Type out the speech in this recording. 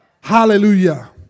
hallelujah